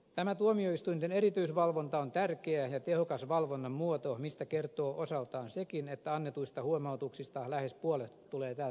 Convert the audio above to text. tämä tuomioistuinten erityisvalvonta on tärkeä ja tehokas valvonnan muoto mistä kertoo osaltaan sekin että annetuista huomautuksista lähes puolet tulee tältä sektorilta